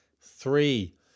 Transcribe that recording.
Three